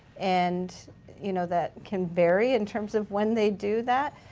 and you know that can vary in terms of when they do that.